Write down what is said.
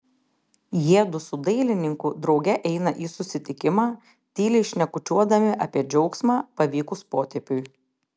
jiedu su dailininku drauge eina į susitikimą tyliai šnekučiuodami apie džiaugsmą pavykus potėpiui